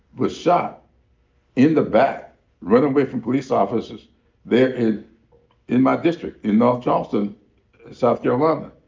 was shot in the back running away from police officers there in in my district, in north charleston south carolina.